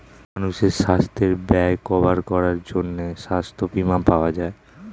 মানুষের সাস্থের ব্যয় কভার করার জন্যে সাস্থ বীমা পাওয়া যায়